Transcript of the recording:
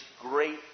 great